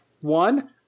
One